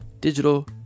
digital